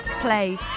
play